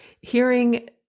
hearing